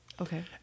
Okay